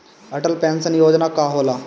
Atal pension Yojana का होला?